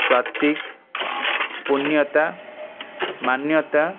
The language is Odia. ସ୍ଵାତିକ ପୁଣ୍ୟତା ମାନ୍ୟତା